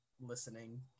listening